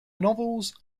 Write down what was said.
novels